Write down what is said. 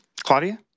Claudia